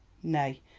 nay,